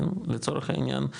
לצורך העניין,